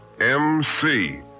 MC